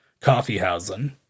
Coffeehausen